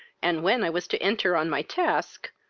and when i was to enter on my task,